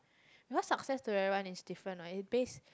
because success to everyone is different ah is base